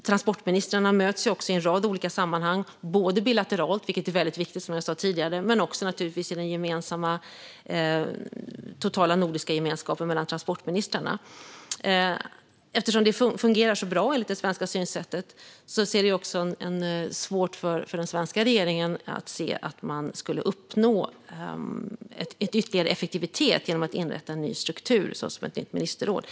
Transportministrarna möts också i en rad olika sammanhang bilateralt, vilket som jag sa tidigare är väldigt viktigt, och naturligtvis också i den gemensamma totala nordiska gemenskapen mellan transportministrarna. Eftersom det fungerar så bra enligt det svenska synsättet ser vi det från den svenska regeringen som svårt att man skulle uppnå ytterligare effektivitet genom att inrätta en ny struktur såsom ett nytt ministerråd.